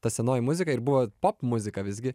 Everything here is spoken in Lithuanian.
ta senoji muzika ir buvo popmuzika visgi